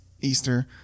Easter